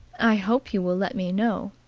i hope you will let me know.